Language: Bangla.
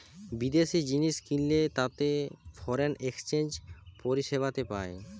বিদেশি জিনিস কিনলে তাতে ফরেন এক্সচেঞ্জ পরিষেবাতে পায়